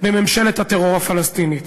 בממשלת הטרור הפלסטינית.